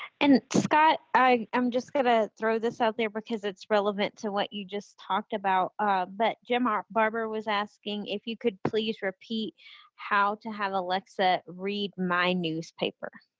and scott i'm just gonna throw this out there because it's relevant to what you just talked about but jim our barber was asking if you could please repeat how to have alexa read my newspaper.